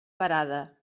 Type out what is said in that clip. parada